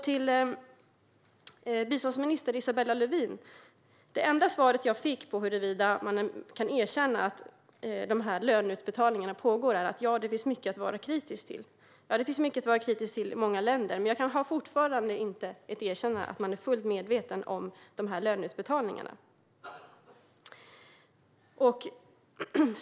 Till biståndsminister Isabella Lövin vill jag säga: Det enda svar jag fick när det gäller om man kan erkänna att dessa löneutbetalningar pågår var att det finns mycket att vara kritisk till. Ja, det finns mycket att vara kritisk till i många länder, men jag har fortfarande inte fått något erkännande av att man är fullt medveten om löneutbetalningarna.